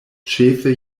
ĉefe